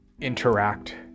interact